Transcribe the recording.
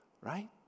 Right